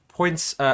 Points